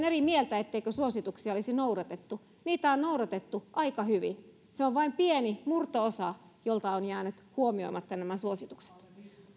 eri mieltä siitä etteikö suosituksia olisi noudatettu niitä on noudatettu aika hyvin se on vain pieni murto osa jolta on jäänyt huomioimatta nämä suositukset